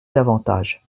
davantage